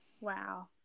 Wow